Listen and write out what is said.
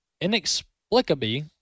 inexplicably